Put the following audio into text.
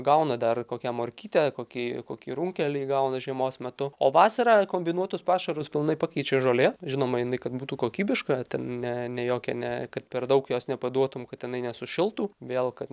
gauna dar kokią morkytę kokį kokį runkelį gauna žiemos metu o vasarą kombinuotus pašarus pilnai pakeičia žolė žinoma jinai kad būtų kokybiška ten ne ne jokia ne kad per daug jos nepaduotum kad jinai nesušiltų vėl kad